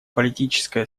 политическая